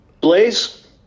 Blaze